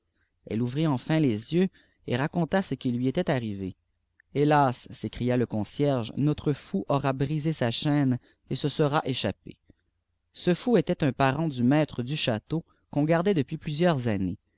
elle ouvrit enfin les yeux et raconta ce qpi lui était arrivé hélas s'écria le concierge notre fou aura brisé sa chaîne et se sera échapp ce fou était un parent du maître du château qu'on gardait depuis plusieurs années